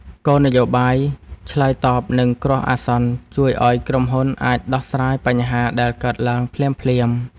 គោលនយោបាយឆ្លើយតបនឹងគ្រោះអាសន្នជួយឱ្យក្រុមហ៊ុនអាចដោះស្រាយបញ្ហាដែលកើតឡើងភ្លាមៗ។